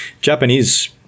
Japanese